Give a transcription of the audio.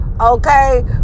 Okay